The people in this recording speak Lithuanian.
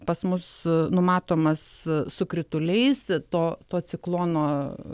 pas mus numatomas su krituliais to to ciklono